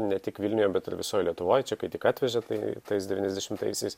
ne tik vilniuje bet ir visoj lietuvoj čia kai tik atvežė tai tais devyniasdešimtaisiais